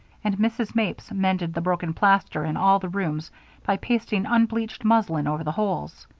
and mrs. mapes mended the broken plaster in all the rooms by pasting unbleached muslin over the holes.